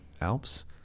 Alps